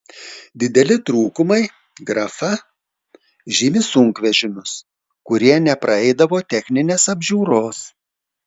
dideli trūkumai grafa žymi sunkvežimius kurie nepraeidavo techninės apžiūros